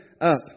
up